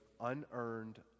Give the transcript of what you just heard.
unearned